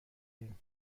ایم